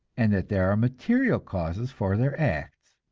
and that there are material causes for their acts.